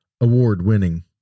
award-winning